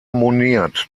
moniert